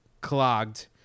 clogged